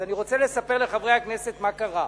אז אני רוצה לספר לחברי הכנסת מה קרה.